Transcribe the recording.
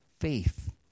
faith